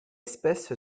espèce